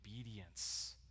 obedience